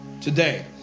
today